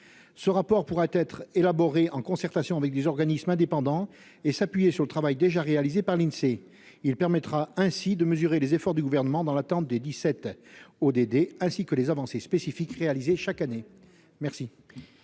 ce rapport pourrait être élaboré en concertation avec des organismes indépendants et s'appuyer sur le travail déjà réalisé par l'INSEE, il permettra ainsi de mesurer les efforts du gouvernement dans l'attente des 17 au aider ainsi que les avancées spécifiques réalisées chaque année, merci.